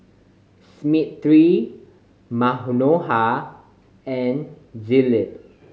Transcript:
Smriti Manohar and Dilip